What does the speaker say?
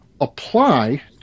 apply